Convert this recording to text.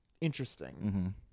interesting